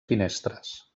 finestres